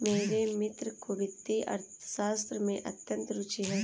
मेरे मित्र को वित्तीय अर्थशास्त्र में अत्यंत रूचि है